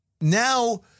now